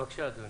בבקשה, אדוני.